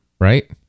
Right